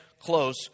close